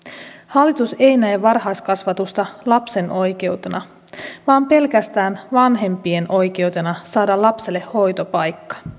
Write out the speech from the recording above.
hallitus ei näe varhaiskasvatusta lapsen oikeutena vaan pelkästään vanhempien oikeutena saada lapselle hoitopaikka